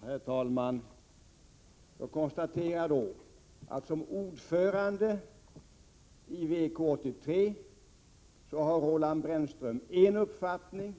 Herr talman! Jag konstaterar att Roland Brännström som ordförande i VK 83 har en uppfattning